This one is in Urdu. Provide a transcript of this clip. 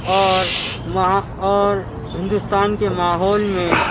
اور وہاں اور ہندوستان کے ماحول میں